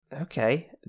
Okay